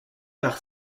par